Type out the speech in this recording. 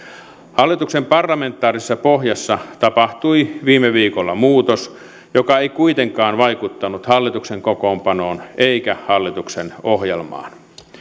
hallituksen parlamentaarisessa pohjassa tapahtui viime viikolla muutos joka ei kuitenkaan vaikuttanut hallituksen kokoonpanoon eikä hallituksen ohjelmaan